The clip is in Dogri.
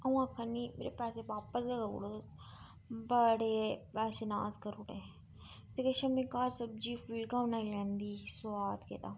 अ'ऊं आक्खा नी मेरे पैसे बापस देई उड़ो तुस बड़े पैसे नास करी उड़े ते किश में घर सब्ज़ी फुलका बनाई लैंदी सुआद गेदा